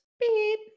beep